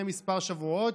כמה שבועות,